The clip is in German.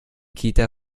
kita